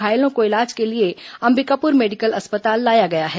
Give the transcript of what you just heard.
घायलों को इलाज के लिए अंबिकापुर मेडिकल अस्पताल लाया गया है